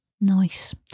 Nice